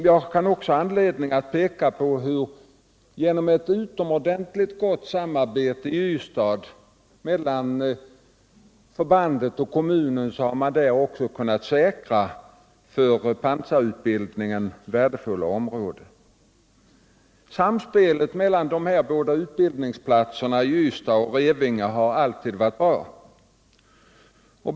Jag har också anledning att peka på hur man genom ett utomordentligt gott samarbete i Ystad mellan förbandet och kommunen har kunnat säkra för pansarutbildningen värdefulla områden. Samspelet mellan de båda utbildningsplatserna i Ystad och Revinge har alltid varit bra.